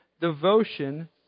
devotion